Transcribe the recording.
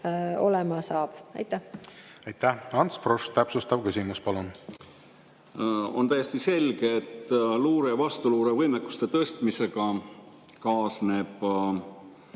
palun! Aitäh! Ants Frosch, täpsustav küsimus, palun! On täiesti selge, et luure- ja vastuluurevõimekuse tõstmisega kaasneb